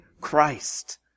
Christ